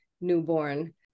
newborn